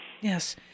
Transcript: Yes